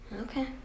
Okay